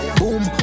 boom